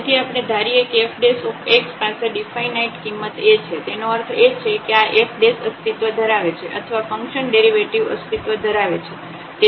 તેથી આપણે ધારીએ કેfx પાસે ડીફાઈનાઈટ કિંમત A છે તેનો અર્થ એ છે કે આ f અસ્તિત્વ ધરાવે છે અથવા ફંકશન ડેરિવેટિવ અસ્તિત્વ ધરાવે છે